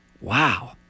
Wow